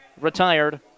retired